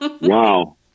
Wow